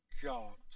jobs